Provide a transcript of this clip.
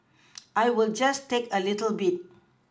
I will just take a little bit